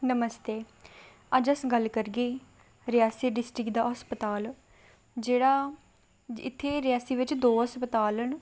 नमस्ते अज्ज अस गल्ल करगे रियासी डिस्ट्रिक्ट दा हस्पताल जेह्ड़ा इत्थै रियासी बिच दौं हस्पताल न